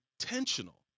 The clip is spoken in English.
intentional